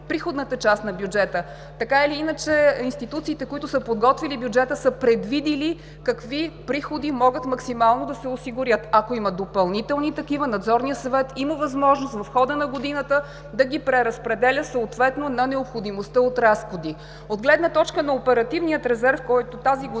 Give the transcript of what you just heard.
приходната част на бюджета. Така или иначе институциите, които са подготвили бюджета, са предвидили какви приходи могат максимално да се осигурят. Ако има допълнителни приходи, Надзорният съвет има възможност в хода на годината да ги преразпределя съответно на необходимостта от разходи. От гледна точка на оперативния резерв, който тази година